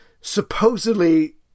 supposedly